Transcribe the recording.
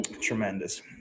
Tremendous